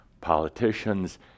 politicians